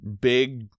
big